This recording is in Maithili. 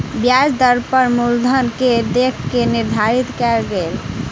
ब्याज दर मूलधन के देख के निर्धारित कयल गेल